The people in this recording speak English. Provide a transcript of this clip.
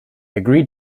agreed